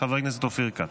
חבר הכנסת אופיר כץ.